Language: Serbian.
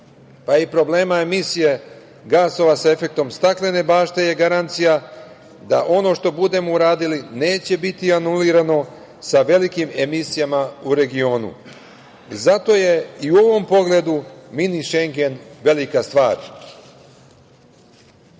a i problema emisije gasova sa efektom staklene bašte je garancija da ono što budemo uradili neće biti anulirano sa velikim emisijama u regionu. Zato je i u ovom pogledu Mini Šengen velika stvar. Oblast